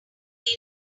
area